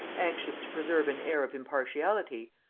anxious to preserve an air of impartiality,